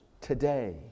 today